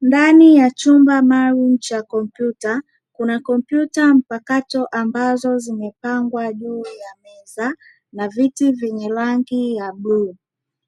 Ndani ya chumba maalumu cha kompyuta kuna kompyuta mpakato ambazo zimepangwa juu ya meza na viti vyenye rangi ya bluu,